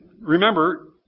remember